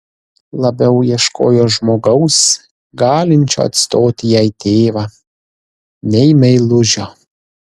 labiau ieškojo žmogaus galinčio atstoti jai tėvą nei meilužio